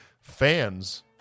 Fans